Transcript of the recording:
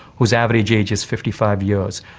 whose average age is fifty five years,